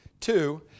Two